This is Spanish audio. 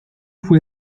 fue